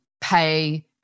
pay